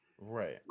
right